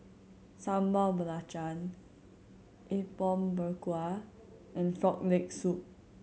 Sambal Belacan Apom Berkuah and Frog Leg Soup